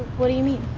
what do you mean?